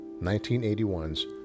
1981's